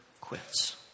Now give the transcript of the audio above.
quits